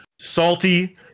salty